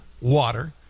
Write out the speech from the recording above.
Water